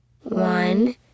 One